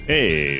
Hey